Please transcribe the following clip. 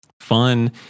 fun